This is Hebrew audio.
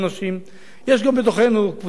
יש גם בתוכנו קבוצות שחושבות אחרת,